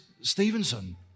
Stevenson